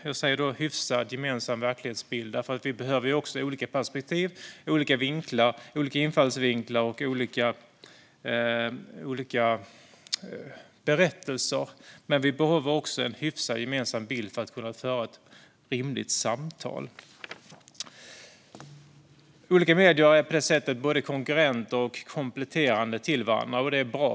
Jag säger "hyfsat gemensam verklighetsbild", för vi behöver också olika perspektiv, olika infallsvinklar och olika berättelser. Vi behöver dock en hyfsat gemensam bild för att kunna föra ett rimligt samtal. Olika medier är på det sättet både konkurrenter och kompletterande till varandra, och det är bra.